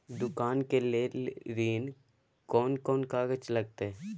दुकान के लेल ऋण कोन कौन कागज लगतै?